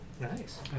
Nice